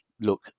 look